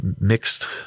mixed